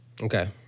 Okay